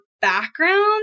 background